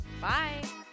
Bye